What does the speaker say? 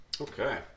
Okay